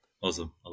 Awesome